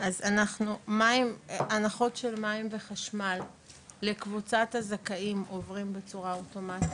אז הנחות של מים וחשמל לקבוצת הזכאים עוברים בצורה אוטומטית.